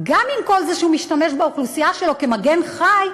גם עם כל זה שהוא משתמש באוכלוסייה שלו כמגן חי,